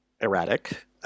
erratic